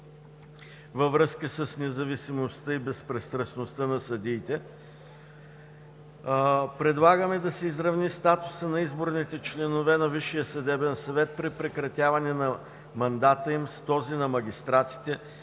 във връзка с независимостта и безпристрастността на съдиите. Предлагаме да се изравни статусът на изборните членове на Висшия съдебен съвет при прекратяване на мандата им с този на магистратите,